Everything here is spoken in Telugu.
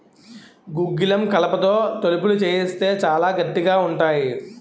గుగ్గిలం కలపతో తలుపులు సేయిత్తే సాలా గట్టిగా ఉంతాయి